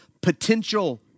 potential